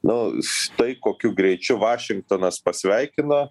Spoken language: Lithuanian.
nu štai kokiu greičiu vašingtonas pasveikino